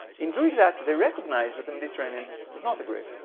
in doing that that they recognize that the mediterranean is not a grave,